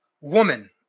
woman